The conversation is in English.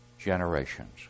generations